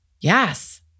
Yes